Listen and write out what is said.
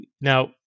Now